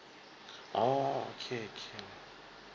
oh okay okay